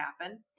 happen